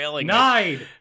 nine